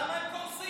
אז למה הם קורסים?